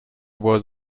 was